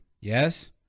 Yes